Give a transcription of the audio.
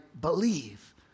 believe